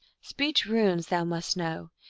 speech runes thou must know,